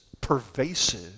pervasive